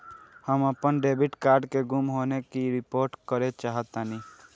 हम अपन debit card के गुम होने की रिपोर्ट करे चाहतानी